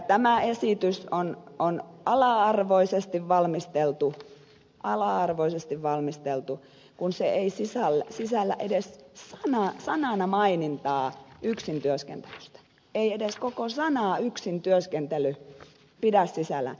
tämä esitys on ala arvoisesti valmisteltu ala arvoisesti valmisteltu kun se ei sisällä edes sanana mainintaa yksintyöskentelystä se ei pidä edes koko sanaa yksintyöskentely sisällään